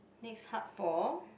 next hub for